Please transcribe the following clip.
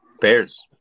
Bears